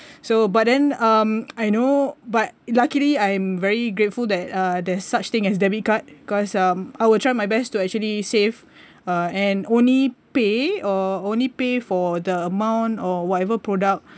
so but then um I know but luckily I'm very grateful that uh there's such thing as debit card cause um I will try my best to actually save uh and only pay uh only pay for the amount or whatever product